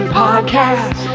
podcast